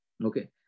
Okay